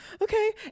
okay